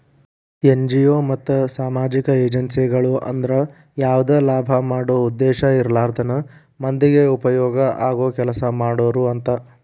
NGO ಮತ್ತ ಸಾಮಾಜಿಕ ಏಜೆನ್ಸಿಗಳು ಅಂದ್ರ ಯಾವದ ಲಾಭ ಮಾಡೋ ಉದ್ದೇಶ ಇರ್ಲಾರ್ದನ ಮಂದಿಗೆ ಉಪಯೋಗ ಆಗೋ ಕೆಲಸಾ ಮಾಡೋರು ಅಂತ